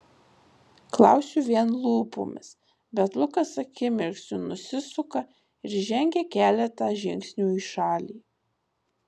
klausiu vien lūpomis bet lukas akimirksniu nusisuka ir žengia keletą žingsnių į šalį